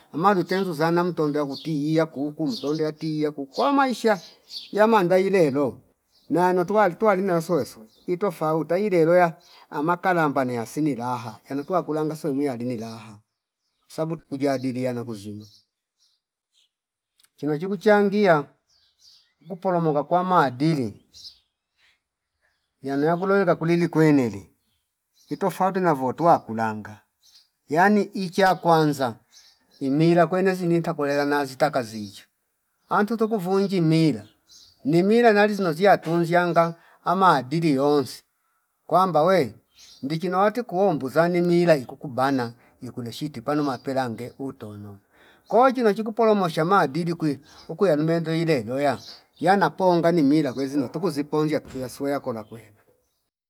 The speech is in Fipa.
Amarutenu zana mtombea nguti iya kuuku mtonde yatiya ko Maisha yamanga ilelo nayono tuwa- tuwalino yosweswe itofauta ileloya amakalamba neya sini laha yanutuwa kulanga sumuya lini laha sabu tuku jadiliana kuzima, chino chiku changia ngupola moka kwa maadili yano`yakuloweka kulili kweneli itofauti navo tuwa kulanga yani ichakwanza imila kwene zininta kwelela nazita kazizyo antuntu kuvunji mila ni mila nalizino ziya tunzshanga ama dili yonsi kwamba we ndichi nowati kuuumbu zani mila ikuku bana ikuleshi tipana mapela nge utono ko chino chiku polomosha maadili kwii ukuya lumende ileloya yana po ngani mila kwezina tukuziponjia tuku yasu weya kona kwe